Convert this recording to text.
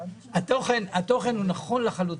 התוכן הוא נכון לחלוטין.